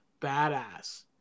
badass